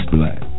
Black